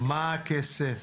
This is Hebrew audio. מה עם הכסף?